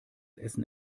essen